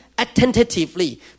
Attentively